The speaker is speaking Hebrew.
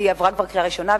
שכבר עברה קריאה ראשונה,